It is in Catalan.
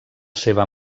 seva